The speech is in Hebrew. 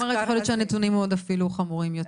את אומרת שיכול להיות שהנתונים עוד אפילו חמורים יותר.